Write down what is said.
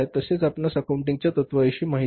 तसेच आपणास अकाउंटिंगच्या तत्त्वांविषयी माहिती आहे